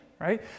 right